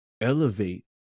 elevate